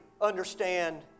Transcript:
understand